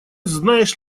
знаешь